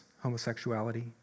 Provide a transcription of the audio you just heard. homosexuality